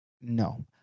No